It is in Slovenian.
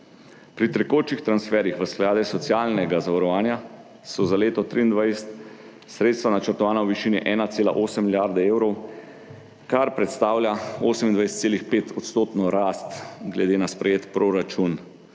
Pri tekočih transferjih v sklade socialnega zavarovanja so za leto 2023 sredstva načrtovana v višini 1,8 milijarde evrov, kar predstavlja 28,5 odstotno rast glede na sprejet proračun